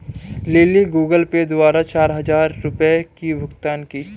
lily Google Pay द्वारा चार हजार रुपए की भुगतान की